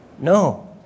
No